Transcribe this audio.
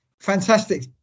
fantastic